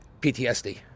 PTSD